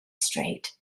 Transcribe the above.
strait